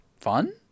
Fun